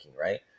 Right